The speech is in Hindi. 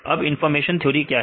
अब इंफॉर्मेशन थ्योरी क्या है